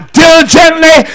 diligently